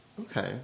Okay